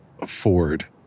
afford